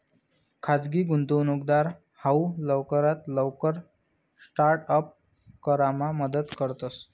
खाजगी गुंतवणूकदार हाऊ लवकरात लवकर स्टार्ट अप करामा मदत करस